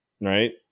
right